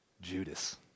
Judas